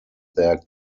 their